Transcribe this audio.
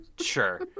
Sure